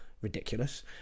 Ridiculous